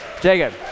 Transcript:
Jacob